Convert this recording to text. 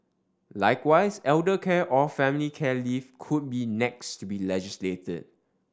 likewise elder care or family care leave could be next to be legislated